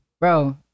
Bro